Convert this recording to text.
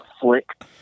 flick